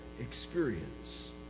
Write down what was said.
experience